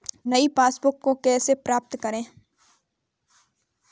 नई पासबुक को कैसे प्राप्त करें?